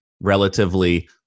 relatively